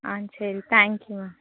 ஆ சரி தேங்க்யூங்க